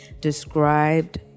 described